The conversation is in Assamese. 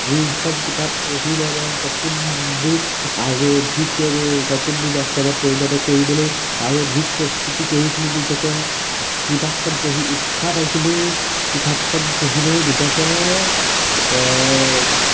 যিখন কিতাপ পঢ়ি লৈ মই সপোনবোৰ আৰু ঠিক সপোনবোৰ বাস্তৱত পৰিণত কৰিবলৈ আৰু অধিক প্ৰস্তুতি কৰিছিলোঁ নিজকে কিতাপখন পঢ়ি উৎসাহ পাইছিলোঁ কিতাপখন পঢ়ি লৈ নিজকে